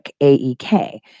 A-E-K